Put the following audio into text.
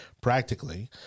practically